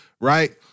right